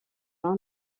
main